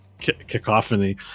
cacophony